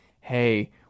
hey